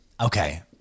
Okay